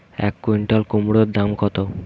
এক কুইন্টাল কুমোড় দাম কত?